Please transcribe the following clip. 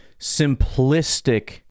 simplistic